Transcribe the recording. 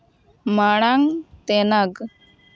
ᱢᱟᱲᱟᱝ ᱛᱮᱱᱟᱜᱽ